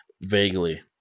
Vaguely